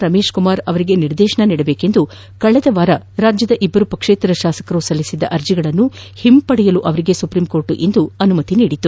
ರಮೇಶ್ಕುಮಾರ್ ಅವರಿಗೆ ನಿರ್ದೇಶನ ನೀಡಬೇಕೆಂದು ಕಳೆದ ವಾರ ರಾಜ್ಯದ ಇಬ್ಬರು ಪಕ್ಷೇತರ ಶಾಸಕರು ಸಲ್ಲಿಸಿದ್ದ ಅರ್ಜಿಯನ್ನು ಹಿಂಪಡೆಯಲು ಅವರಿಗೆ ಸುಪ್ರೀಂ ಕೋರ್ಟ್ ಇಂದು ಅನುಮತಿ ನೀಡಿದೆ